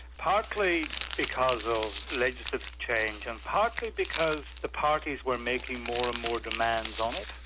partly because of legislative change and partly because the parties were making more and more demands on it.